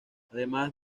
además